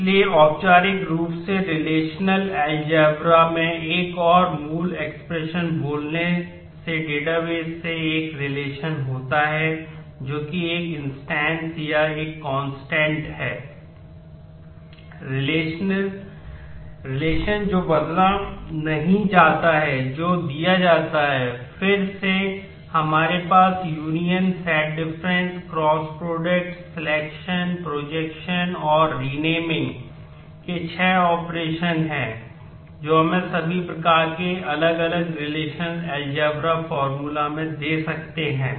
इसलिए औपचारिक रूप से रिलेशनल अलजेब्रा में दे सकते हैं